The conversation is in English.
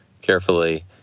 carefully